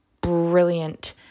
brilliant